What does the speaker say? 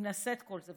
אם נעשה את כל זה,